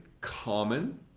common